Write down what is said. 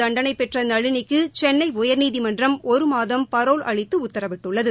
தண்டனை பெற்ற நளினிக்கு சென்னை உயர்நீதிமன்றம் ஒருமாதம் பரோல் அளித்து உத்தரவிட்டுள்ளது